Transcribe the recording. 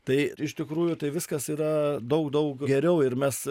tai ir iš tikrųjų tai viskas yra daug daug geriau ir mes